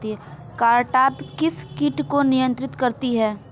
Cartap किस किट को नियंत्रित करती है?